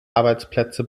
arbeitsplätze